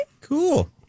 cool